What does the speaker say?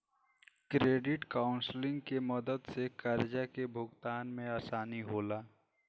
credit counselling के मदद से कर्जा के भुगतान में आसानी होला